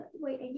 wait